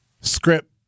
script